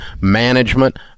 management